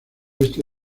este